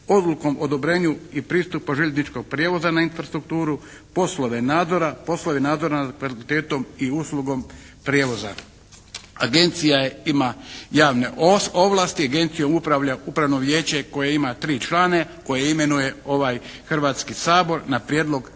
Odlukom o odobrenju i pristupu željezničkog prijevoza na infrastrukturu, poslove nadzora, poslove nadzora nad kvalitetom i uslugom prijevoza. Agencija ima javne ovlasti. Agencijom upravlja upravno vijeće koje ima tri člana koje imenuje ovaj Hrvatski sabor na prijedlog Vlade